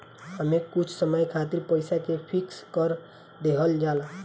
एमे कुछ समय खातिर पईसा के फिक्स कर देहल जाला